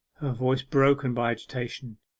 voice broken by agitation,